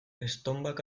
estonbak